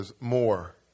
more